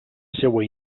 seua